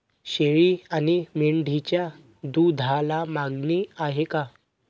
शेळी आणि मेंढीच्या दूधाला मागणी आहे का?